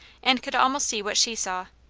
and could almost see what she saw.